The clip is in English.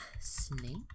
Snake